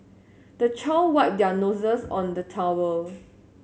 the child wipe their noses on the towel